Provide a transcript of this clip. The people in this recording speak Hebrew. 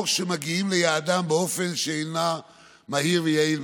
או שמגיעים ליעדם באופן שאינו מהיר ויעיל,